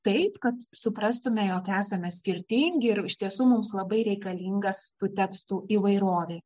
taip kad suprastumėme jog esame skirtingi ir iš tiesų mums labai reikalinga tų tekstų įvairovė